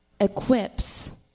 equips